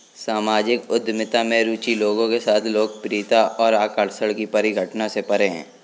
सामाजिक उद्यमिता में रुचि लोगों के साथ लोकप्रियता और आकर्षण की परिघटना से परे है